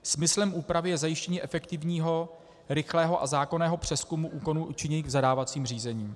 Smyslem úpravy je zajištění efektivního, rychlého a zákonného přezkumu úkonů učiněných v zadávacím řízení.